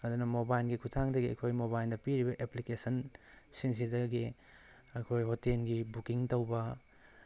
ꯑꯗꯨꯅ ꯃꯣꯕꯥꯏꯜꯒꯤ ꯈꯨꯠꯊꯥꯡꯗꯒꯤ ꯑꯩꯈꯣꯏ ꯃꯣꯕꯥꯏꯜꯅ ꯄꯤꯔꯤꯕ ꯑꯦꯄ꯭ꯂꯤꯀꯦꯁꯟ ꯁꯤꯡꯁꯤꯗꯒꯤ ꯑꯩꯈꯣꯏ ꯍꯣꯇꯦꯜꯒꯤ ꯕꯨꯀꯤꯡ ꯇꯧꯕ